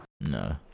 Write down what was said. no